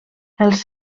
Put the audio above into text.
els